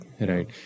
right